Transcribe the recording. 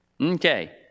Okay